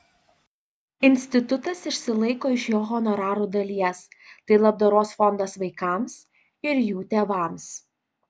institutas išsilaiko iš jo honorarų dalies tai labdaros fondas vaikams ir jų tėvams